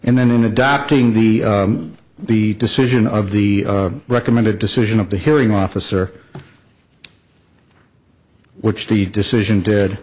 and then in adopting the the decision of the recommended decision of the hearing officer which the decision did